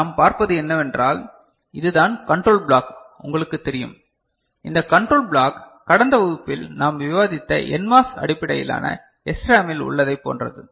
நாம் பார்ப்பது என்னவென்றால் இதுதான் கண்ட்ரோல் பிளாக் உங்களுக்குத் தெரியும் இந்த கண்ட்ரோல் பிளாக் கடந்த வகுப்பில் நாம் விவாதித்த NMOS அடிப்படையிலான SRAM இல் உள்ளதைப் போன்றது